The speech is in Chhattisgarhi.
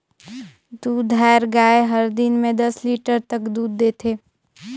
दूधाएर गाय हर दिन में दस लीटर तक दूद देथे